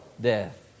death